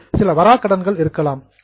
அதில் சில வராக்கடன்கள் இருக்கலாம்